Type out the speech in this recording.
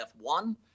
F1